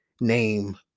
name